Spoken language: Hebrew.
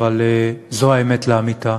אבל זו האמת לאמיתה,